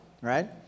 right